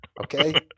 okay